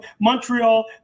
Montreal